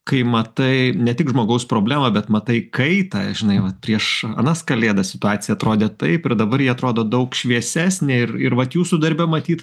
kai matai ne tik žmogaus problemą bet matai kaitą žinai vat prieš anas kalėdas situacija atrodė taip ir dabar ji atrodo daug šviesesnė ir ir vat jūsų darbe matyt